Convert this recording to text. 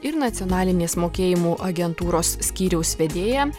ir nacionalinės mokėjimų agentūros skyriaus vedėja